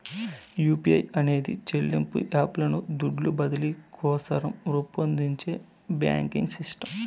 UPI అనేది చెల్లింపు app లను దుడ్లు బదిలీ కోసరం రూపొందించే బాంకింగ్ సిస్టమ్